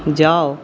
जाउ